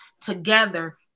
together